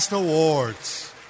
Awards